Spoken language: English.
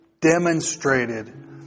demonstrated